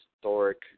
Historic